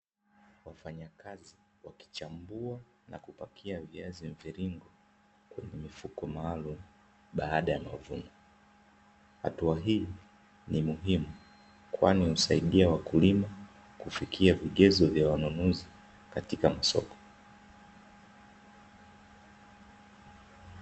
Wafanyakazi wakichambua na kupakia viazi mviringo kwenye mifuko maalumu baada ya mavuno, hatua hii ni muhimu kwani husaidia wakulima kufikia vigezo vya wanunuzi katika masoko.